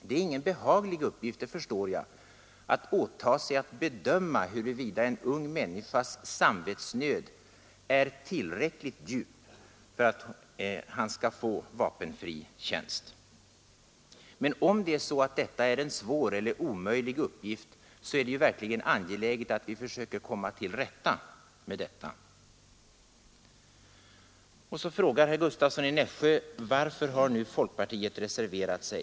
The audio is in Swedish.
Det är ingen behaglig uppgift — det förstår jag — att åta sig att bedöma huruvida en ung människas samvetsnöd är tillräckligt djup för att han skall få vapenfri tjänst. Men om detta är en svår eller omöjlig uppgift är det verkligen angeläget att vi försöker komma till rätta med den. Så frågade herr Gustavsson i Nässjö varför folkpartiet nu har reserverat sig.